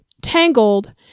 Tangled